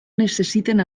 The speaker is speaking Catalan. necessiten